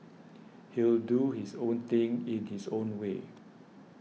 he'll do his own thing in his own way